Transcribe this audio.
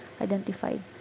identified